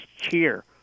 cheer